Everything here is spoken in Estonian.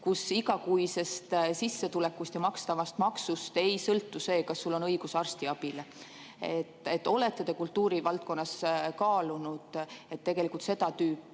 kus igakuisest sissetulekust ja makstavast maksust ei sõltu see, kas sul on õigus arstiabile? Olete te kultuurivaldkonnas kaalunud, et seda tüüpi